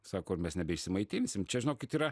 sako ir mes nebeišsimaitinsim čia žinokit yra